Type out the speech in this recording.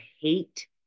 hate